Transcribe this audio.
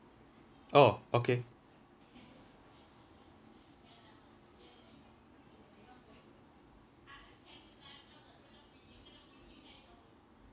orh okay